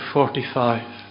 Forty-Five